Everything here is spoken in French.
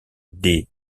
des